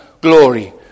glory